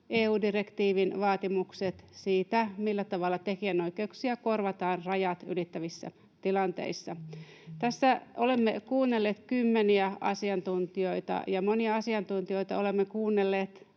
EU-direktiivin vaatimukset siitä, millä tavalla tekijänoikeuksia korvataan rajat ylittävissä tilanteissa. Olemme kuunnelleet kymmeniä asiantuntijoita, ja monia asiantuntijoita olemme kuulleet